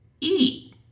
eat